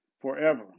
forever